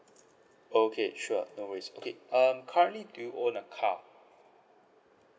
okay sure no worries okay um currently do you own a car